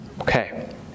Okay